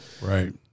right